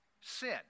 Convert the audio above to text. sin